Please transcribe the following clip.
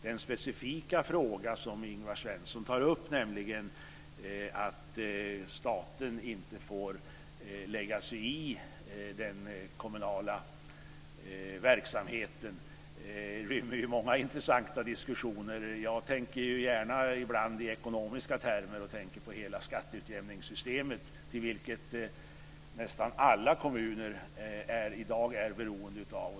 Den specifika fråga som Ingvar Svensson tar upp, nämligen att staten inte får lägga sig i den kommunala verksamheten, rymmer många intressanta diskussioner. Jag tänker gärna i ekonomiska termer, på hela skatteutjämningssystemet, av vilket nästan alla kommuner i dag är beroende.